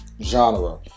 genre